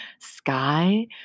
sky